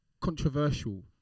controversial